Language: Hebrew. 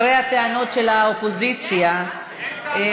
אחרי הטענות של האופוזיציה, אין טענות.